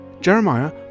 Jeremiah